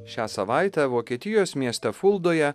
šią savaitę vokietijos mieste fuldoje